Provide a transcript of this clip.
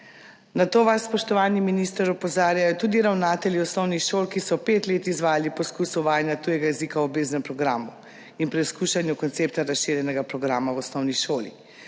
Na to vas, spoštovani minister, opozarjajo tudi ravnatelji osnovnih šol, ki so pet let izvajali poskus uvajanja tujega jezika v obveznem programu in preizkušali koncept razširjenega programa v osnovni šoli.